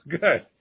Good